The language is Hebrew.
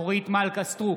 אורית מלכה סטרוק,